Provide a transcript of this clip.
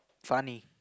funny